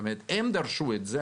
הם דרשו את זה.